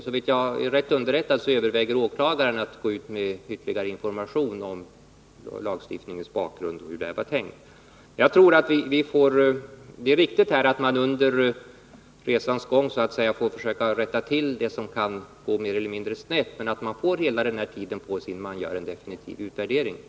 Såvitt jag är rätt underrättad överväger riksåklagaren att gå ut med ytterligare information om lagstiftningens bakgrund och om hur det där var tänkt. Det är viktigt att man under resans gång så att säga får försöka rätta till det som kan gå mer eller mindre snett men att man får hela den här försökstiden på sig, innan man gör en definitiv utvärdering.